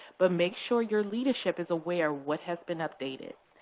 but make sure your leadership is aware what has been updated.